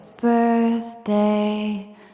birthday